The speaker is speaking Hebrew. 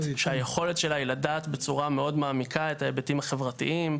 שהיכולת שלה היא לדעת בצורה מאוד מעמיקה את ההיבטים החברתיים,